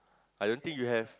I don't think you have